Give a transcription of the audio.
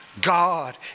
God